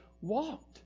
walked